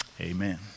Amen